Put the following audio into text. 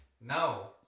no